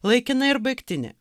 laikina ir baigtinė